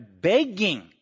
Begging